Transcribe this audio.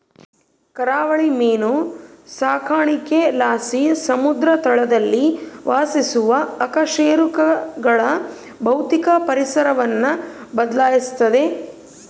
ಕರಾವಳಿ ಮೀನು ಸಾಕಾಣಿಕೆಲಾಸಿ ಸಮುದ್ರ ತಳದಲ್ಲಿ ವಾಸಿಸುವ ಅಕಶೇರುಕಗಳ ಭೌತಿಕ ಪರಿಸರವನ್ನು ಬದ್ಲಾಯಿಸ್ತತೆ